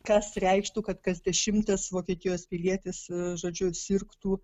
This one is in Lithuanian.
kas reikštų kad kas dešimtas vokietijos pilietis žodžiu sirgtų